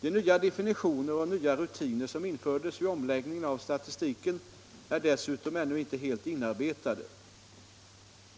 De nya definitioner och nya rutiner som infördes vid omläggningen av statistiken är dessutom ännu inte helt inarbetade.